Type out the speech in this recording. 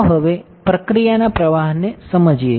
ચાલો હવે પ્રક્રિયાના પ્રવાહને સમજીએ